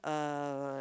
uh